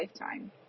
lifetime